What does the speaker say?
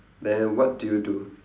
then what do you do